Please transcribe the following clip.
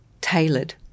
tailored